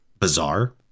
bizarre